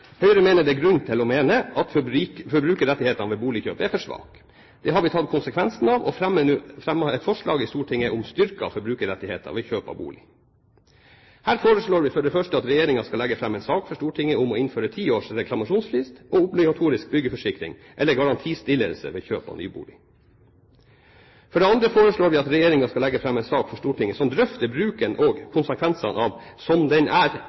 Høyre mener det er grunn til å mene at forbrukerrettighetene ved boligkjøp er for svake. Det har vi tatt konsekvensene av, og fremmet et forslag i Stortinget om styrkede forbrukerrettigheter ved kjøp av bolig. Her foreslår vi for det første at regjeringen skal legge fram en sak for Stortinget om å innføre ti års reklamasjonsfrist og obligatorisk byggeforsikring eller garantistillelse ved kjøp av ny bolig. For det andre foreslår vi at regjeringen skal legge fram en sak for Stortinget som drøfter bruken og konsekvensene av